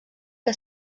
que